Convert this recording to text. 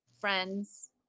Friends